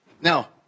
Now